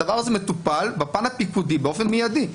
הדבר הזה מטופל בפן הפיקודי באופן מידי,